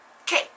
Okay